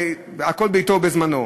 הכול בעתו ובזמנו.